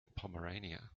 pomerania